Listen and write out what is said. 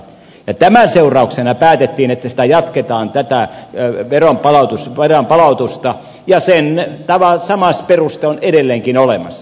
tämän seurauksena päätettiin että tätä veronpalautusta jatketaan töitä ei veronpalautus voidaan palautusta ja sama peruste on edelleenkin olemassa